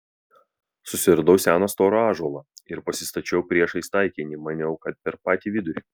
susiradau seną storą ąžuolą ir pasistačiau priešais taikinį maniau kad per patį vidurį